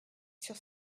sur